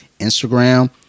Instagram